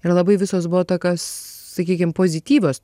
ir labai visos buvo tokios sakykim pozityvios